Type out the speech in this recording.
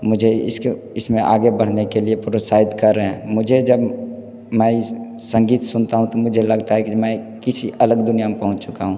मुझे इसके इसमें आगे बढ़ने के लिए प्रोत्साहित कर रहें मुझे जब मैं इस संगीत सुनता हूँ तो मुझे लगता है कि मैं किसी अलग दुनियाँ में पहुँच चुका हूँ